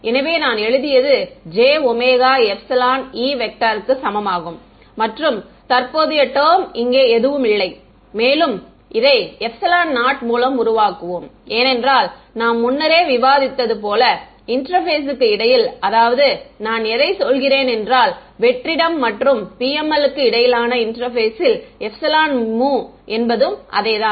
எனவே நான் எழுதியது jE க்கு சமமாகும் மற்றும் தற்போதைய டெர்ம் இங்கே எதுவும் இல்லை மேலும் அதை 0 மூலம் உருவாக்குவோம் ஏனென்றால் நாம் முன்னரே விவாதித்தது போல இன்டெர்பெஸுக்கு இடையில் அதாவது நான் எதை சொல்கிறேன் என்றால் வெற்றிடம் மற்றும் PML க்கும் இடையிலான இன்டெர்பெஸுல் எப்சிலன் மு என்பதும் அதே தான்